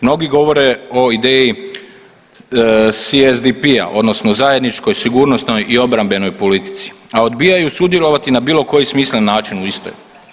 Mnogi govore o ideji CSDP-a odnosno zajedničkoj sigurnosnoj i obrambenoj politici, a odbijaju sudjelovati na bilo koji smislen način u istoj.